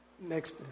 Next